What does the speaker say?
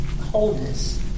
wholeness